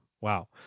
Wow